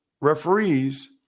referees